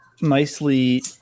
nicely